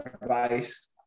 advice